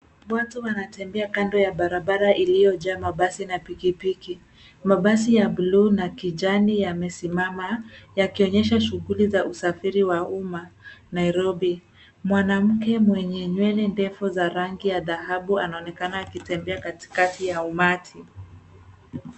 Watu wanatembea kando ya barabara iliyojaa mabasi na pikipiki. Mabasi ya blue na kijani yamesimama, yakionyesha shughuli za usafiri wa umma, Nairobi. Mwanamke mwenye nywele ndefu za rangi ya dhahabu anaonekana akitembea katikati ya umati.